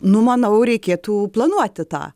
nu manau reikėtų planuoti tą